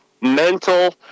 mental